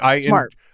Smart